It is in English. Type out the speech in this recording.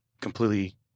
completely